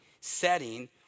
setting